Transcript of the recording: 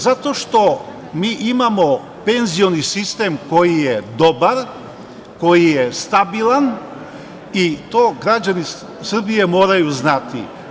Zato što mi imamo penzioni sistem koji je dobar, koji je stabilan i to građani Srbije moraju znati.